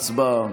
הצבעה.